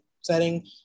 setting